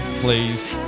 please